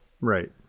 Right